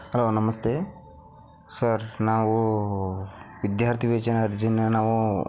hello ನಮಸ್ತೆ sir ನಾವು ವಿದ್ಯಾರ್ಥಿ ವೇತನ ಅರ್ಜಿಯನ್ನು ನಾವು